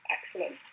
excellent